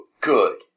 good